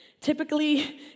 typically